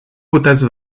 puteți